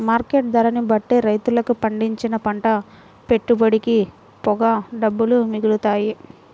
market ధరని బట్టే రైతులకు పండించిన పంట పెట్టుబడికి పోగా డబ్బులు మిగులుతాయి